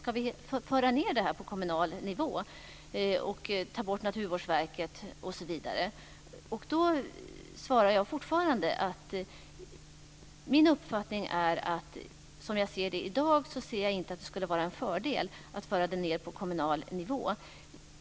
Ska vi föra ned det här på kommunal nivå och ta bort Då svarar jag fortfarande att jag i dag inte ser att det skulle vara en fördel att föra ned det på kommunal nivå.